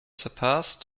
surpassed